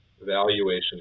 valuation